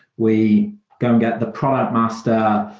we go and get the product master,